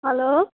hello